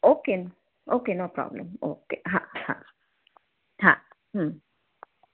okay okay no problem okay હા હા હા હમ્મ